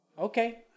Okay